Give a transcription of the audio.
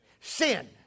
sin